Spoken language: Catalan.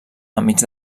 enmig